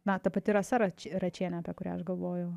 na ta pati rasa rač račienė apie kurią aš galvojau